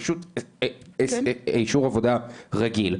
פשוט אישור עבודה רגיל.